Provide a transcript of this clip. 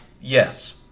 yes